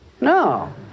No